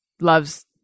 loves